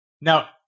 Now